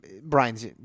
Brian's